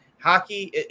Hockey